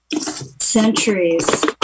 centuries